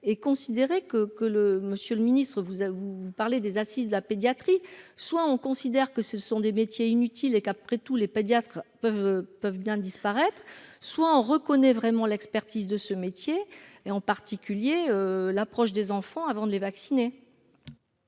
et considérer que que le Monsieur le Ministre, vous avez, vous parlez des assises de la pédiatrie, soit on considère que ce sont des métiers inutiles et qu'après tout, les pédiatres peuvent peuvent bien disparaître, soit on reconnaît vraiment l'expertise de ce métier, et en particulier l'approche des enfants avant de les vacciner.